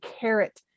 carrot